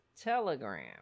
Telegram